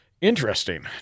interesting